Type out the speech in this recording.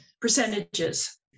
percentages